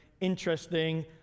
interesting